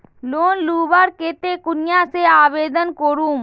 Loan लुबार केते कुनियाँ से आवेदन करूम?